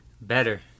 Better